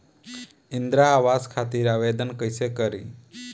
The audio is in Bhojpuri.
इंद्रा आवास खातिर आवेदन कइसे करि?